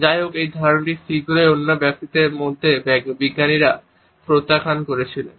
যাইহোক এই ধারণাটি শীঘ্রই অন্যান্য বিজ্ঞানীরা প্রত্যাখ্যান করেছিলেন